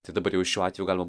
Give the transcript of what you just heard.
tai dabar jau šiuo atveju galima